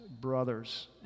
brothers